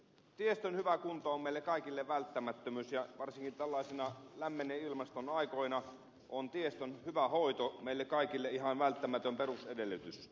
tiestön hyvä kunto on meille kaikille välttämättömyys ja varsinkin tällaisena lämmenneen ilmaston aikana on tiestön hyvä hoito meille kaikille ihan välttämätön perusedellytys